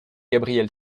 gabriel